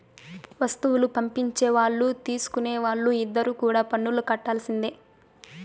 వస్తువులు పంపించే వాళ్ళు తీసుకునే వాళ్ళు ఇద్దరు కూడా పన్నులు కట్టాల్సిందే